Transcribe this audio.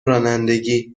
رانندگی